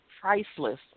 priceless